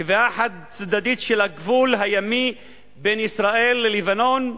קביעה חד-צדדית של הגבול הימי בין ישראל ללבנון,